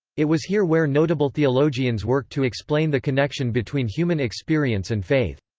it was here where notable theologians worked to explain the connection between human experience and faith.